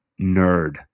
nerd